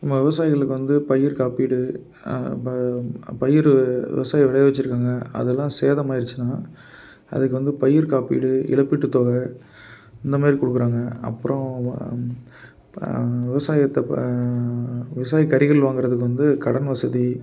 நம்ம விவசாயிகளுக்கு வந்து பயிர்க்காப்பீடு ப பயிர் விவசாயி விளைய வச்சிருக்காங்க அதெல்லாம் சேதமாயிடுச்சுனா அதுக்கு வந்து பயிர்க்காப்பீடு இழப்பீட்டுத்தொகை இந்தமாதிரி கொடுக்குறாங்க அப்புறம் விவசாயத்தை விவசாயக்கருவிகள் வாங்கிறதுக்கு வந்து கடன் வசதி